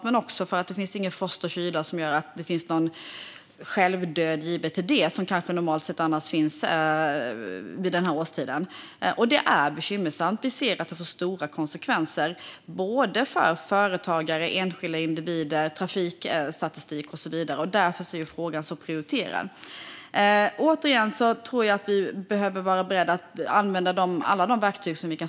Det finns inte heller någon frost eller kyla som leder till självdöd, vilket kanske normalt sett hör till den här årstiden. Det är bekymmersamt. Det får stora konsekvenser, för såväl företagare och enskilda individer som trafikstatistik och så vidare. Därför är frågan prioriterad. Återigen, jag tror att vi behöver vara beredda att använda alla verktyg.